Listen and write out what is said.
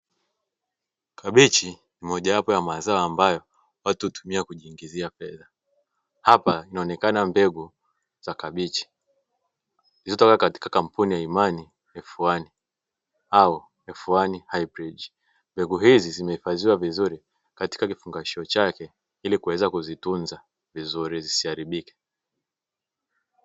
Kabichi ni mojawapo ya mazao ambayo watu hutumia kujiingizia fedha, hapa inaonekana mbegu za kabichi zilizotoka katika kampuni ya "Imani F one au F one high bridge", mbegu hizi zimehifadhiwa vizuri katika kifungashio chake, ili kuweza kuzitunza zisiharibike.